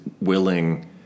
willing